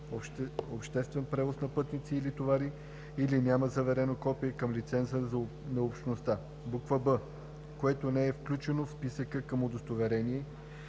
обществен превоз на пътници или товари или няма заверено копие към лиценза на Общността; б) което не е включено в списък към удостоверение